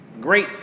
great